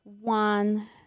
one